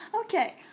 Okay